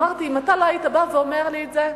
אמרתי: אם אתה לא היית בא ואומר לי את זה,